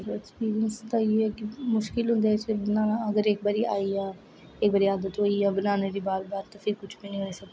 experience दा इयै कि मुश्किल होंदा अगर इक बारी आई गेआ इक वारी हैबिट होई जा बनाने दी बार बार ते फिर कुछ बी नेई